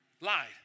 Lied